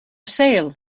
sale